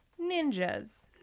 Ninjas